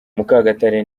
mukagatare